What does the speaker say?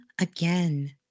again